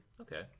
Okay